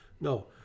No